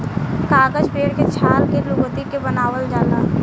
कागज पेड़ के छाल के लुगदी के बनावल जाला